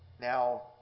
Now